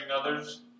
others